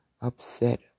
upset